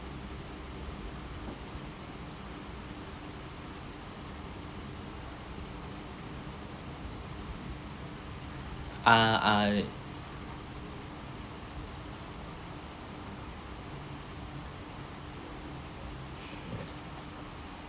ah ah